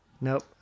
Nope